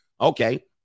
Okay